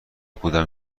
بودم